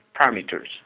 parameters